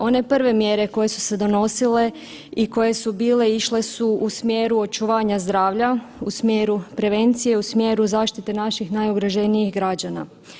One prve mjere koje su se donosile i koje su bile, išle su u smjeru očuvanja zdravlja, u smjeru prevencije, u smjeru zaštite naših najugroženijih građana.